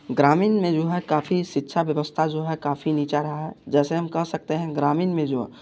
ग्रामीण में जो है काफ़ी शिक्षा व्यवस्था जो है काफ़ी नीचा रहा है जैसे हम कह सकते हैं ग्रामीण में जो